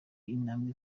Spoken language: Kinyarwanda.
intambwe